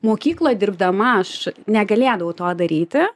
mokykloj dirbdama aš negalėdavau to daryti